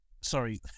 sorry